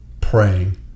praying